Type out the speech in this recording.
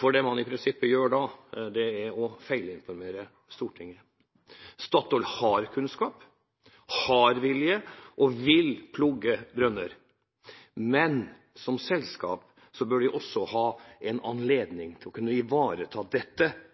For det man i prinsippet gjør da, er å feilinformere Stortinget. Statoil har kunnskap, har vilje og vil plugge brønner. Men som selskap bør de også ha